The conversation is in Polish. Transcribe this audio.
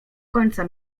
końca